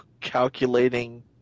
calculating